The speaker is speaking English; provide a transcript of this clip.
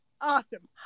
awesome